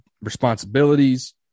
responsibilities